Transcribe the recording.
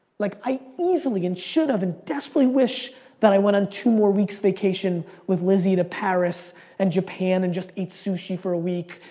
like i easily and should've and desperately wish that i went on two more weeks vacation with lizzie to paris and japan and just ate sushi for a week.